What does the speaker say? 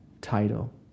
title